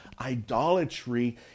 idolatry